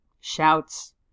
shouts